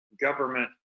government